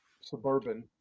suburban